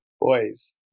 Boys